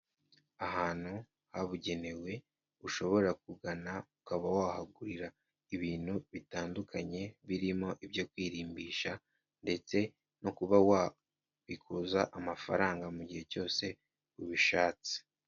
Ahantu habugenewe, ushobora kugana ukaba wahagurira ibintu bitandukanye, birimo ibyo kwirimbisha ndetse no kuba wabikuza amafaranga mu gihe cyose ubishatse.